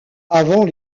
avant